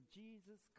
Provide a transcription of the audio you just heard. jesus